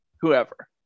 whoever